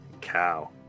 cow